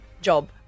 job